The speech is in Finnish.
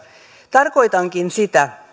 tarkoitinkin sitä